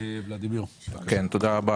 תודה רבה,